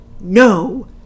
No